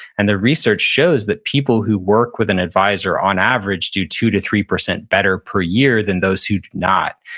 and the research shows that people who work with an advisor on average do two to three percent better per year than those who do not,